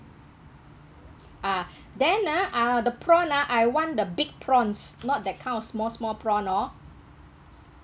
ah then ah ah the prawn ah I want the big prawns not that kind of small small prawn hor